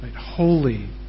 holy